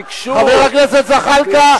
וביקשו, חבר הכנסת זחאלקה.